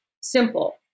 Simple